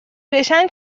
بشن